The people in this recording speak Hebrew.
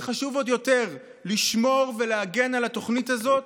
וחשוב עוד יותר לשמור ולהגן על התוכנית הזאת,